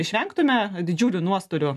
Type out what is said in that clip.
išvengtume didžiulių nuostolių